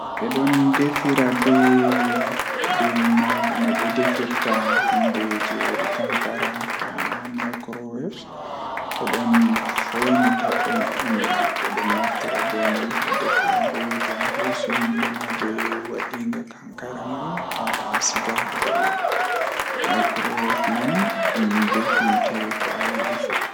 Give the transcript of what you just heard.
Ko njogorde ɗi faamini no woodi, ko ngam a faamataa ɗee njikataaɗe konngol maa. A waawi waɗde heɓre nde njogitde e njarɗe ɗi njikataaɗe. Kono waɗal ngal jooni faamataa ko waɗata e simulaasii maa, ngam ɗum no heɓiraa ɗe njikataaɗo ɗum, waɗataa ko a waɗa naatude e njipirde dow hakkunde konngol maa e njogorde ɗi.